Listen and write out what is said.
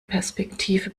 perspektive